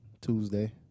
Tuesday